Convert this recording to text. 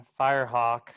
Firehawk